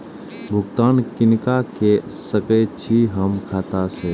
भुगतान किनका के सकै छी हम खाता से?